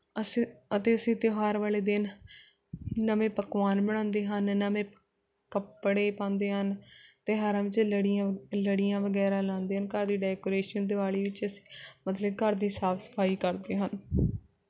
ਅਸੀਂ ਅਤੇ ਅਸੀਂ ਤਿਉਹਾਰ ਵਾਲੇ ਦਿਨ ਨਵੇਂ ਪਕਵਾਨ ਬਣਾਉਂਦੇ ਹਨ ਨਵੇਂ ਕੱਪੜੇ ਪਾਉਂਦੇ ਹਨ ਤਿਉਹਾਰਾਂ ਵਿੱਚ ਲੜੀਆਂ ਲੜੀਆਂ ਵਗੈਰਾ ਲਾਉਂਦੇ ਹਨ ਘਰ ਦੀ ਡੈਕੋਰੇਸ਼ਨ ਦਿਵਾਲੀ ਵਿੱਚ ਅਸੀਂ ਮਤਲਬ ਘਰ ਦੀ ਸਾਫ਼ ਸਫ਼ਾਈ ਕਰਦੇ ਹਨ